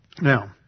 Now